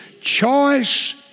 choice